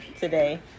today